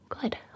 good